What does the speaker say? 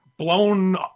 blown